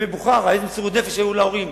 מבוכרה, איזו מסירות נפש היתה להורים.